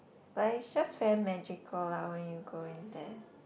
like is just very magical lah when you go in there